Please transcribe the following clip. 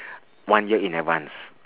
one year in advance